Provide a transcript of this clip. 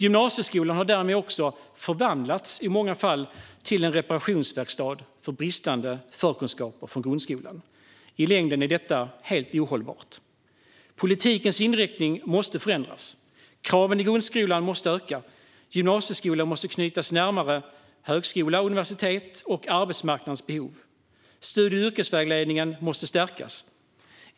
Gymnasieskolan har därmed också i många fall förvandlats till en reparationsverkstad för bristande förkunskaper från grundskolan. I längden är detta helt ohållbart. Politikens inriktning måste förändras. Kraven i grundskolan måste öka. Gymnasieskolan måste knytas närmare till högskola och universitet liksom till arbetsmarknadens behov. Studie och yrkesvägledningen måste stärkas.